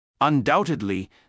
Undoubtedly